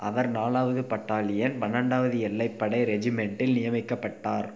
அவர் நாலாவது பட்டாலியன் பன்னெண்டாவது எல்லைப் படை ரெஜிமென்ட்டில் நியமிக்கப்பட்டார்